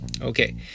Okay